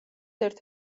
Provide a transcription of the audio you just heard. ერთ